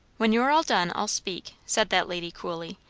when you're all done, i'll speak, said that lady coolly.